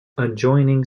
adjoining